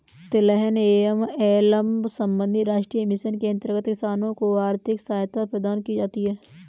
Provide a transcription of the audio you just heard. तिलहन एवं एल्बम संबंधी राष्ट्रीय मिशन के अंतर्गत किसानों को आर्थिक सहायता प्रदान की जाती है